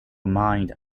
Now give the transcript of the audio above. mined